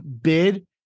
bid